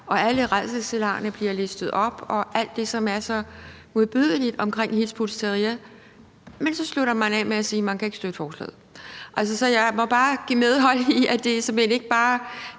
og alle rædselsscenarierne bliver listet op – og alt det, der er så modbydeligt omkring Hizb ut-Tahrir. Men så slutter man af med at sige, at man ikke kan støtte forslaget. Så jeg må bare give hende medhold i, at det ikke bare